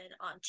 on